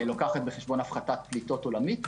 לוקחת בחשבון הפחתת פליטות עולמית,